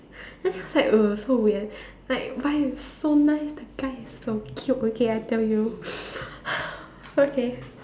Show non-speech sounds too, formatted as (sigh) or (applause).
then I was like err so weird like but it's so nice the guy is so cute okay I tell you (breath) okay